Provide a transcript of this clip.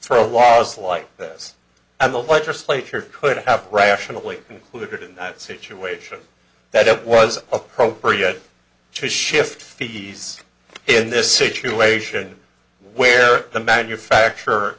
for a was like this and the legislature could have rationally concluded in that situation that it was appropriate to shift fees in this situation where the manufacturer